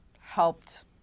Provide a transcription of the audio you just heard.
helped